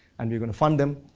and we are going to fund them,